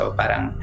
parang